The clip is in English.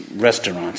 restaurants